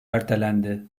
ertelendi